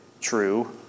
true